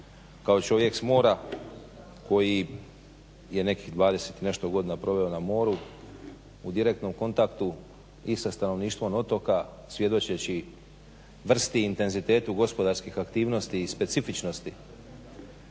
kao čovjek s mora koji je nekih 20 i nešto godina proveo na moru u direktnom kontaktu i sa stanovništvom otoka svjedočeći vrsti i intenzitetu gospodarskih aktivnosti i specifičnosti